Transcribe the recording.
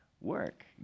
work